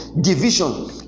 division